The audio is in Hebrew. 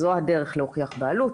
זו הדרך להוכיח בעלות,